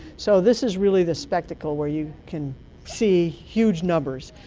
so this is really the spectacle where you can see huge numbers.